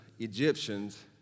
Egyptians